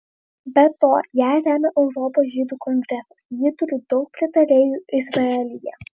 be to ją remia europos žydų kongresas ji turi daug pritarėjų izraelyje